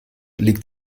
liegt